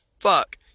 Fuck